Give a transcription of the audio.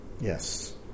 Yes